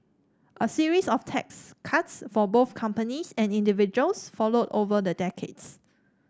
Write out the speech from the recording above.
a series of tax cuts for both companies and individuals followed over the decades